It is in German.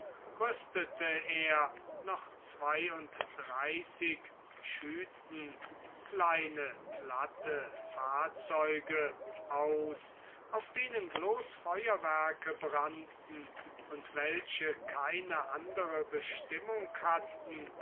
rüstete er noch zweiunddreißig schuyten kleine platte fahrzeuge aus auf denen bloß feuerwerke brannten und welche keine andere bestimmung hatten